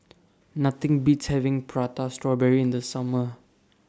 Nothing Beats having Prata Strawberry in The Summer